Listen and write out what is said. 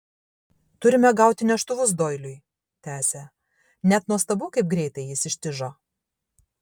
turime gauti neštuvus doiliui tęsė net nuostabu kaip greitai jis ištižo